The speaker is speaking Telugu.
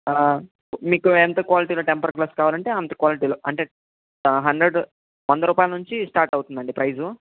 మీకు ఎంత క్వాలిటీలో టెంపర్ గ్లాస్ కావాలంటే అంత క్వాలిటీలో అంటే హండ్రెడు వంద రూపాయల నుంచి స్టార్ట్ అవుతుందండి ప్రైసు